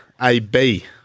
AB